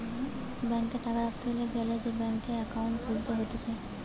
ব্যাংকে টাকা রাখতে গ্যালে সে ব্যাংকে একাউন্ট খুলতে হতিছে